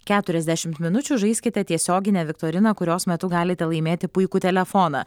keturiasdešim minučių žaiskite tiesioginę viktoriną kurios metu galite laimėti puikų telefoną